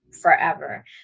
forever